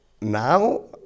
now